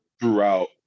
throughout